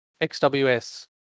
XWS